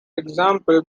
example